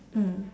mm